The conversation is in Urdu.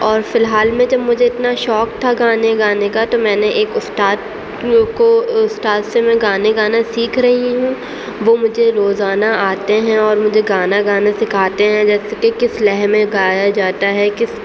اور فی الحال میں تو مجھے اتنا شوق تھا گانے گانے کا تو میں نے ایک استاد لوگ کو استاد سے میں گانے گانا سیکھ رہی ہوں وہ مجھے روزانہ آتے ہیں اور مجھے گانا گانے سکھاتے ہیں جیسے کہ کس لَے میں گایا جاتا ہے کس